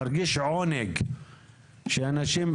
מרגיש עונג שאנשים,